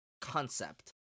concept